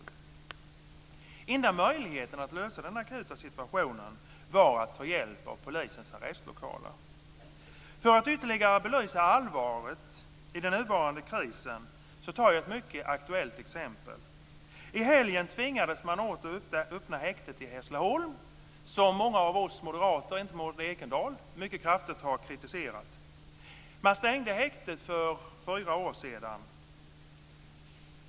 Enda möjligheten att lösa den akuta situationen var att ta hjälp av polisens arrestlokaler. För att ytterligare belysa allvaret i den nuvarande krisen tar jag ett mycket aktuellt exempel. I helgen tvingades man åter öppna häktet i Hässleholm som många av oss moderater, inte minst Maud Ekendahl, mycket kraftigt har kritiserat. Man stängde häktet för fyra år sedan.